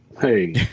Hey